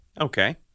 Okay